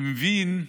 אני מבין,